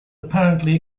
apparently